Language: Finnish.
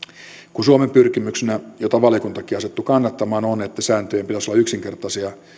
kun suomen pyrkimyksenä jota valiokuntakin asettui kannattamaan on että sääntöjen pitäisi olla yksinkertaisia